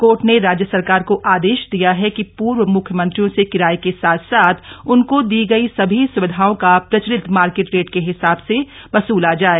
court ने राज्य सरकार को आदेश दिया है कि पूर्व मुख्यमंत्रियों से किराए के साथ साथ उनको दी गयी सभी स्विधाओं का प्रचलित मार्केट रेट के हिसाब से वसूला जाय